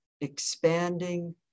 expanding